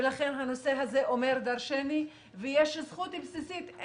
ולכן, הנושא הזה אומר דרשני, ויש זכות בסיסית.